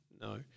no